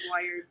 wired